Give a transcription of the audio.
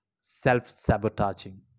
self-sabotaging